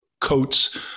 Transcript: coats